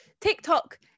tiktok